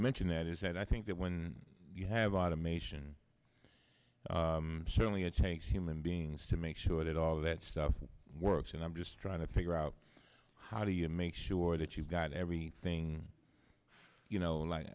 mention that is that i think that when you have automation certainly it takes human beings to make sure that all of that stuff works and i'm just trying to figure out how do you make sure that you've got everything you know